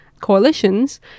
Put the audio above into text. coalitions